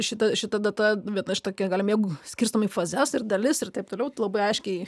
šita šita data bet aš tokia gali mėgu skirstom į fazes ir dalis ir taip toliau labai aiškiai